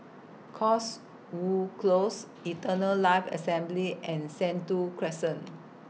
Cotswold Close Eternal Life Assembly and Sentul Crescent